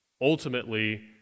Ultimately